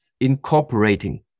incorporating